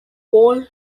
paul